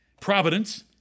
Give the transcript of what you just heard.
providence